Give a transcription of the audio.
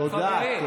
תודה.